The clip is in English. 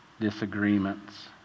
disagreements